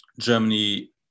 Germany